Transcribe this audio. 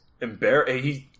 embarrassed